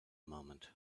moment